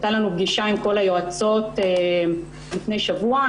הייתה לנו פגישה עם כל היועצות לפני שבוע,